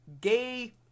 gay